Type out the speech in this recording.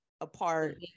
apart